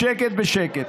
בשקט בשקט,